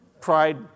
Pride